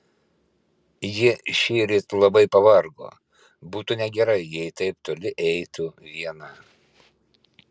ji šįryt labai pavargo būtų negerai jei taip toli eitų viena